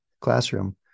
classroom